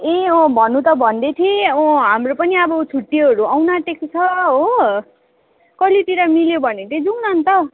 ए अँ भन्नु त भन्दै थिएँ अँ हाम्रो पनि अब छुट्टिहरू आउनु आँटेको छ हो कहिलेतिर मिल्यो भने चाहिँ जाऔँ अन्त